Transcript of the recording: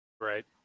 Right